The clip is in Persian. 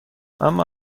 اما